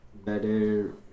better